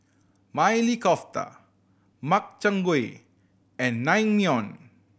Maili Kofta Makchang Gui and Naengmyeon